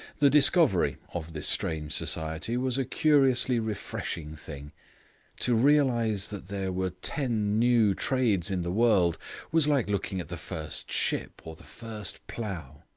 the discovery of this strange society was a curiously refreshing thing to realize that there were ten new trades in the world was like looking at the first ship or the first plough.